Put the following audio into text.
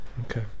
Okay